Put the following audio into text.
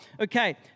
Okay